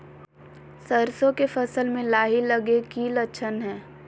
सरसों के फसल में लाही लगे कि लक्षण हय?